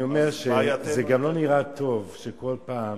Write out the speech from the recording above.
אני אומר שגם לא נראה טוב שכל פעם